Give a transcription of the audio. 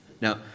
Now